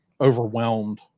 overwhelmed